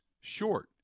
short